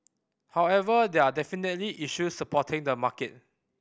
however there are definitely issues supporting the market